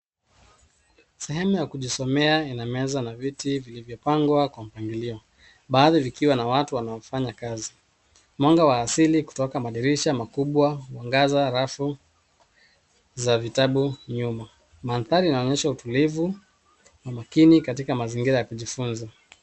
Sehemu ya kujisomea ina meza na viti vilivyopangwa kwa mpangilio, baadhi vikiwa na watu wanaofanya kazi. Mwanga wa asili kutoka madirisha makubwa, mwangaza, rafu za vitabu nyuma. Mandhari inaonyesha utulivu na makini katika mazingira ya kujifunza.